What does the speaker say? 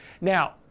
Now